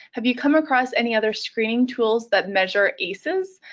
have you come across any other screening tools that measure aces?